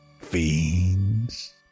fiends